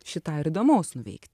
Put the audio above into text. šį tą ir įdomaus nuveikti